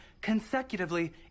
consecutively